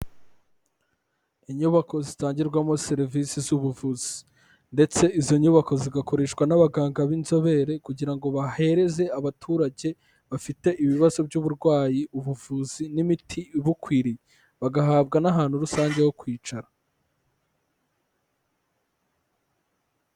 Inyubako zitangirwamo serivise z'ubuvuzi ndetse izo nyubako zigakoreshwa n'abaganga b'inzobere kugira ngo bahereze abaturage bafite ibibazo by'uburwayi ubuvuzi n'imiti ibukwiriye. Bagahabwa n'ahantu rusange ho kwicara.